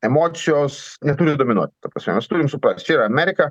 emocijos neturi dominuoti ta prasme mes turim suprast čia yra amerika